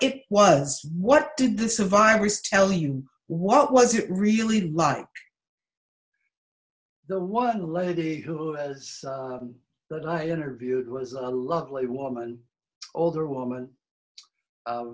it was what did the survivors tell you what was it really like the one lady who as i interviewed was a lovely woman older woman